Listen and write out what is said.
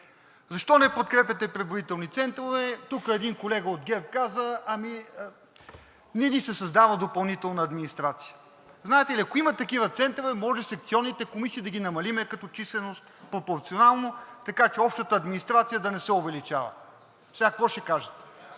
Защо не подкрепяте преброителни центрове, тук един колега от ГЕРБ каза – ами не ни се създава допълнителна администрация. Знаете ли, ако има такива центрове, може секционните комисии да ги намалим като численост пропорционално, така че общата администрация да не се увеличава. Сега какво ще кажете?